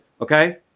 Okay